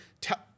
tell